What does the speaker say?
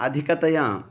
अधिकतया